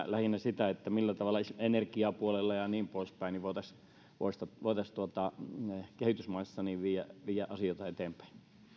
lähinnä energiapuolella ja ja niin poispäin voitaisiin kehitysmaissa viedä asioita eteenpäin